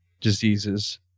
diseases